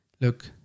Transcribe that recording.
look